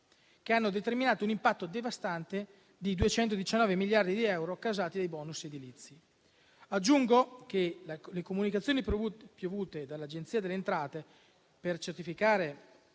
che hanno determinato un impatto devastante di 219 miliardi di euro causati dai *bonus* edilizi. Aggiungo che le comunicazioni piovute dall'Agenzia delle entrate per certificare